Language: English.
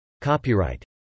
Copyright